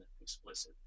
explicit